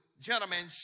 gentlemen